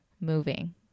moving